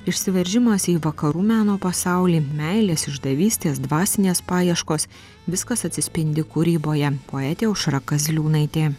išsiveržimas į vakarų meno pasaulį meilės išdavystės dvasinės paieškos viskas atsispindi kūryboje poetė aušra kazliūnaitė